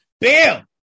Bam